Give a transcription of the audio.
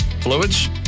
Fluids